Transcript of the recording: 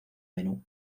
menú